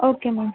okay ma'am